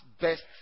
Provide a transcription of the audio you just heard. best